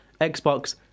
Xbox